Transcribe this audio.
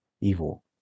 evil